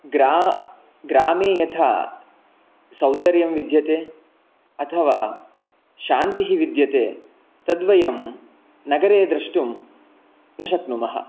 ग्रा ग्रामे यथा सौन्दर्यं विद्यते अथवा शान्तिः विद्यते तद्वयं नगरे द्रष्टुं न शक्नुमः